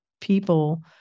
people